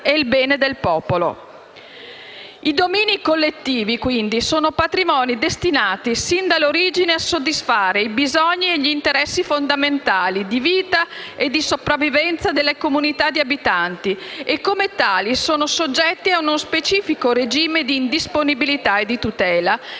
I domini collettivi sono quindi patrimoni destinati, sin dall'origine, a soddisfare i bisogni e gli interessi fondamentali di vita e di sopravvivenza delle comunità di abitanti e, come tali, sono soggetti a uno specifico regime di indisponibilità e tutela,